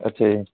ਅੱਛਾ ਜੀ